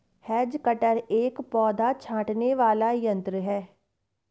has cutter एक पौधा छाँटने वाला यन्त्र है